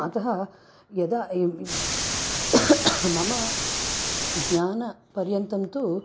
अतः यदा मम ज्ञानपर्यन्तं तु